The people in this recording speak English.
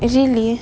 uh really